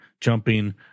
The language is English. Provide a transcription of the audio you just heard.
Jumping